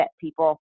people